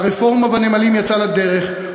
הרפורמה בנמלים יצאה לדרך,